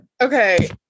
Okay